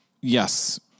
Yes